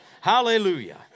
Hallelujah